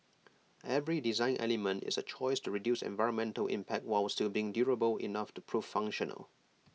every design element is A choice to reduce environmental impact while still being durable enough to prove functional